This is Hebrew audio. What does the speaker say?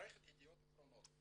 במערכת ידיעות אחרונות.